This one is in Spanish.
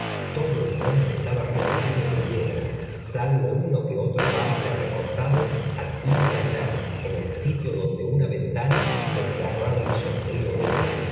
todo el frente estaba revestido de hie aí a it i u l ue tro parche recortado aquí y allá en el sitio donde una ventana desgarraba el sopabrío velo